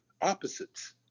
opposites